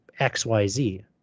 XYZ